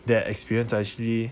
that I experience I actually